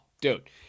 dude